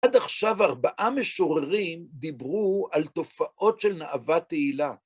עד עכשיו ארבעה משוררים דיברו על תופעות של נאווה תהילה.